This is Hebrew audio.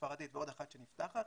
בספרדית ועוד אחת שנפתחת,